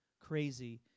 crazy